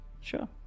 Sure